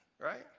right